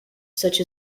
such